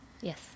yes